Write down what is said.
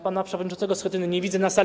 Pana przewodniczącego Schetyny nie widzę na sali.